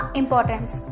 importance